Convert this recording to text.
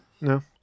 No